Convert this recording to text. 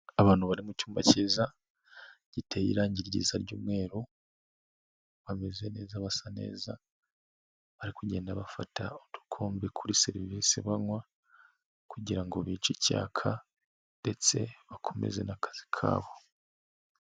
Abantu bari mu cyumba kiza giteye irangi ryiza ry'umweru, bameze neza basa neza, bari kugenda bafata udukombe kuri serivisi banywa kugira ngo bice icyaka ndetse bakomeze n'akazi kabo.